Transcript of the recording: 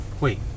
Wait